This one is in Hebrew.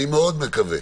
אני מאוד מקווה.